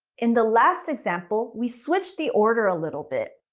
in the last example, we switch the order a little bit.